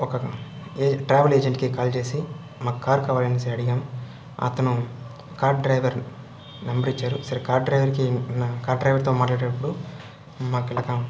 ఒక ఏ ట్రావెల్ ఏజెంట్కీ కాల్ చేసి మాకు కార్ కావాలని అడిగాం అతను కార్ డ్రైవర్ నెంబర్ ఇచ్చారు సరే కార్ డ్రైవర్కి కార్ డ్రైవర్తో మాట్లాడేటప్పుడు మాకిలా కా